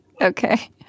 Okay